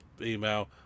email